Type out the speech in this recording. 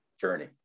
journey